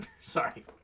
sorry